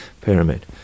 pyramid